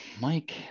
Mike